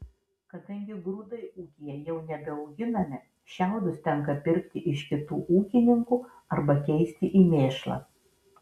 kadangi grūdai ūkyje jau nebeauginami šiaudus tenka pirkti iš kitų ūkininkų arba keisti į mėšlą